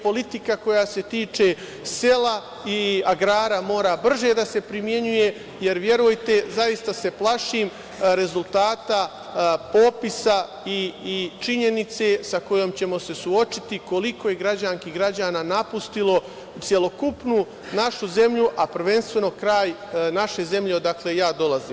Politika koja se tiče sela i agrara, mora brže da se primenjuje, jer verujte, zaista se plašim rezultata popisa i činjenice sa kojom ćemo se suočiti, koliko je građanki i građana napustilo celokupnu našu zemlju, a prvenstveno kraj naše zemlje, odakle ja dolazim.